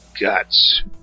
guts